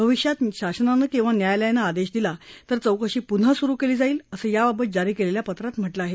भविष्यात शासनानं किंवा न्यायालयानं आदेश दिला तर चौकशी पून्हा सुरू केली जाईल असं याबाबत जारी केलेल्या पत्रात म्हटलं आहे